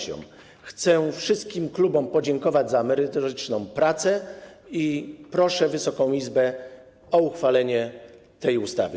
Chcę wszystkim klubom podziękować za merytoryczną pracę i proszę Wysoką Izbę o uchwalenie tej ustawy.